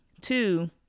Two